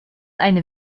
eine